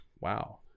Wow